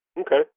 Okay